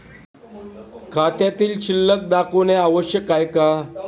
खात्यातील शिल्लक दाखवणे आवश्यक आहे का?